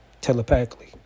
telepathically